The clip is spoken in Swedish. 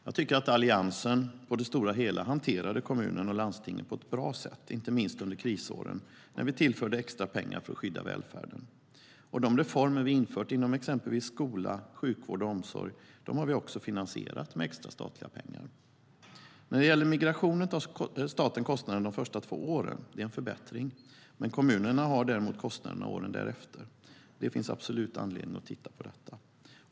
Jag tycker att Alliansen på det stora hela hanterade kommunerna och landstingen på ett bra sätt, inte minst under krisåren, när vi tillförde extra pengar för att skydda välfärden. De reformer vi infört inom exempelvis skola, sjukvård och omsorg har vi också finansierat med extra statliga pengar. När det gäller migrationen tar staten kostnaderna de första två åren - det är en förbättring - men åren därefter har kommunerna kostnaderna. Det finns absolut anledning att titta på detta.